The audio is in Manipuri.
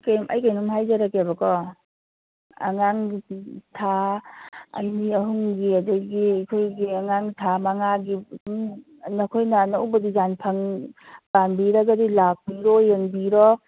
ꯑꯩ ꯀꯩꯅꯣꯝ ꯍꯥꯏꯖꯔꯛꯀꯦꯕꯀꯣ ꯑꯉꯥꯡꯒꯤ ꯊꯥ ꯑꯅꯤ ꯑꯍꯨꯝꯒꯤ ꯑꯗꯒꯤ ꯑꯩꯈꯣꯏꯒꯤ ꯑꯉꯥꯡ ꯊꯥ ꯃꯉꯥꯒꯤ ꯑꯗꯨꯝ ꯅꯈꯣꯏꯅ ꯑꯅꯧꯕ ꯗꯤꯖꯥꯏꯟ ꯄꯥꯝꯕꯤꯔꯒꯗꯤ ꯂꯥꯛꯄꯤꯔꯣ ꯌꯦꯡꯕꯤꯔꯣ